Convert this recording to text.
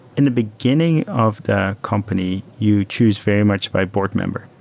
in the beginning of the company, you choose very much by board member.